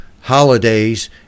holidays